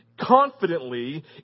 confidently